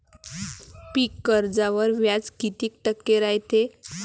पीक कर्जावर व्याज किती टक्के रायते?